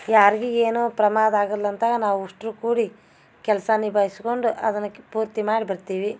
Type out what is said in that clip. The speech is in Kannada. ಯಾರಿಗೆ ಏನು ಪ್ರಮಾದ ಆಗಲ್ಲಂತ ನಾವು ಅಷ್ಟ್ರು ಕೂಡಿ ಕೆಲಸ ನಿಭಾಯಿಸ್ಕೊಂಡು ಅದನ್ನ ಕ್ ಪೂರ್ತಿ ಮಾಡಿ ಬರ್ತೀವಿ